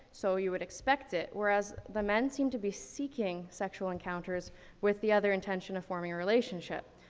so you would expect it. whereas the men seem to be seeking sexual encounters with the other intention of forming a relationship.